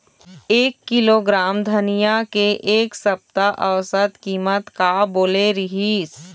एक किलोग्राम धनिया के एक सप्ता औसत कीमत का बोले रीहिस?